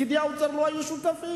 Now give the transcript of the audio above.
פקידי האוצר לא היו שותפים.